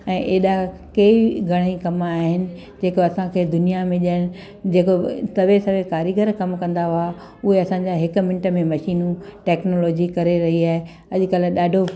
ऐं एॾा कई घणाई कमु आहिनि जेको असांखे दुनिया में ॼण जेको तवे सवे कारीगर कमु कंदा हुआ उहे असांजा हिकु मिंट में मशीनियूं टैक्नोलॉजी करे रही आहे अॼुकल्ह ॾाढो